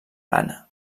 ghana